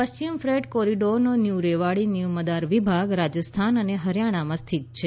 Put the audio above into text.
પશ્ચિમી ફેટ કોરીડોરનો new Rewari new Madar વિભાગ રાજસ્થાન અને હરિયાણામાં સ્થિત છે